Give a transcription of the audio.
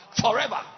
Forever